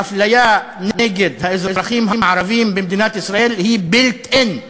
האפליה נגד האזרחים הערבים במדינת ישראל היא built in,